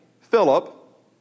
Philip